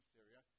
Syria